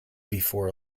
before